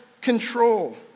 control